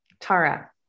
Tara